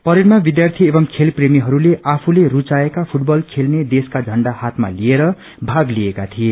परेडमा विद्यार्थी एवं खेलप्रेमीहरूले आफूले रूचाएका फूटबल खेल्ने देशका झण्डा हातमा लिएर भाग लिएका थिए